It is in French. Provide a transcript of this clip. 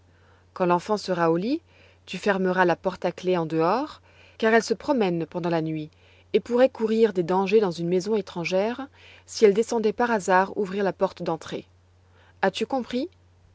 quand l'enfant sera au lit tu fermeras la porte à clef en dehors car elle se promène pendant la nuit et pourrait courir des dangers dans une maison étrangère si elle descendait par hasard ouvrir la porte d'entrée as-tu compris